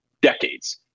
decades